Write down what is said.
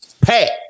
Pat